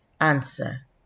Answer